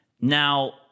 Now